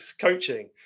coaching